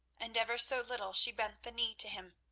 and ever so little she bent the knee to him.